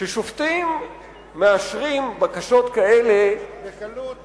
ששופטים מאשרים בקשות כאלה, בקלות.